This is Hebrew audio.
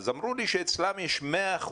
אז אמרו לי שאצלם יש 100%,